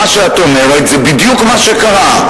מה שאת אומרת זה בדיוק מה שקרה.